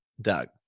Doug